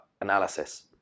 analysis